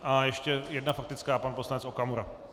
A ještě jedna faktická pan poslanec Okamura.